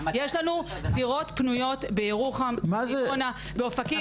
יש לנו דירות פנויות בירוחם, דימונה, באופקים.